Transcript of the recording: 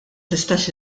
tistax